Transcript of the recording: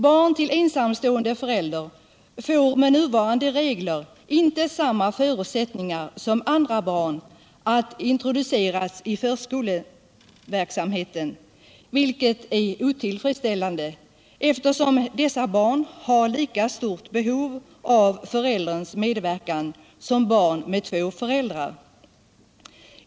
Barn till ensamstående förälder får med nuvarande regler inte samma förutsättningar som andra barn att introduceras i förskoleverksamheten, vilket är otillfredsställande eftersom dessa barn har lika stort behov av förälderns medverkan som barn med två föräldrar.